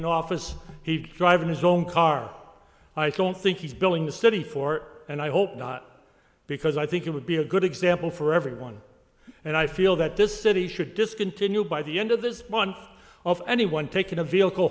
in office he driving his own car i don't think he's building the city for and i hope not because i think it would be a good example for everyone and i feel that this city should discontinue by the end of this month of anyone taking a vehicle